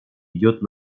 идет